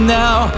now